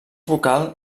vocal